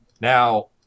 now